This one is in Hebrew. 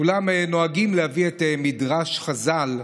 כולם נוהגים להביא את מדרש חז"ל,